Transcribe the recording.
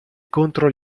contro